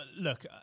look